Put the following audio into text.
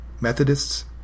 Methodists